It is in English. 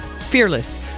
fearless